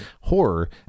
horror